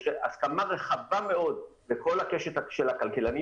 יש הסכמה רחבה מאוד בכל הקשת של הכלכלנים